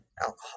alcohol